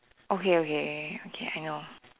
okay okay okay I know